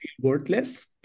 worthless